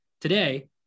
Today